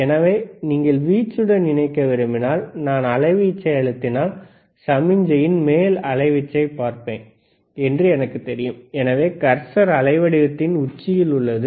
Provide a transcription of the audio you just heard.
எனவே நீங்கள் வீச்சுடன் இணைக்க விரும்பினால் நான் அலைவீச்சை அழுத்தினால் சமிக்ஞையின் மேல் அலைவீச்சை பார்ப்பேன் என்று எனக்குத் தெரியும் எனவே கர்சர் அலைவடிவத்தின் உச்சியில் உள்ளது